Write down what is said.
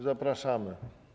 Zapraszamy.